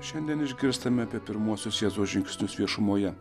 šiandien išgirstame apie pirmuosius jėzaus žingsnius viešumoje